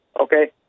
okay